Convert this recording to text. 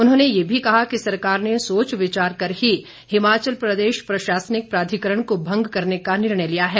उन्होंने यह भी कहा कि सरकार ने सोच विचार कर ही हिमाचल प्रदेश प्रशासनिक प्राधिकरण को भंग करने का निर्णय लिया है